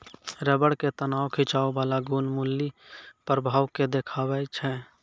rubber के तनाव खिंचाव बाला गुण मुलीं प्रभाव के देखाबै छै